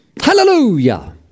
Hallelujah